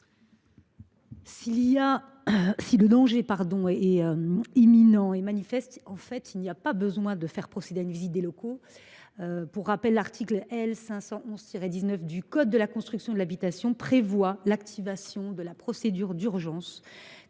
Si le danger est imminent et manifeste, il n’y a en réalité pas besoin de faire procéder à une visite des locaux. Pour rappel, l’article L. 511 19 du code de la construction et de l’habitation prévoit l’activation de la procédure d’urgence